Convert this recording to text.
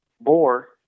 boar